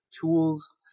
tools